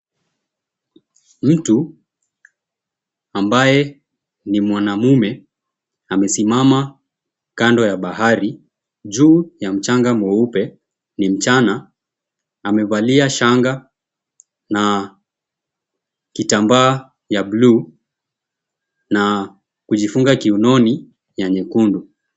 Mtu ambaye ni mwanamume amesimama kando ya bahari juu ya mchanga mweupe ni mchana amevalia shanga na kitambaa ya bluu na kujifunga kiunoni ya nyekundu.